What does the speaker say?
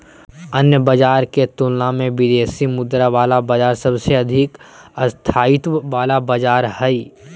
अन्य बाजार के तुलना मे विदेशी मुद्रा बाजार सबसे अधिक स्थायित्व वाला बाजार हय